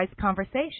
conversation